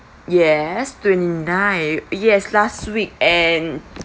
yes twenty nine yes last weekend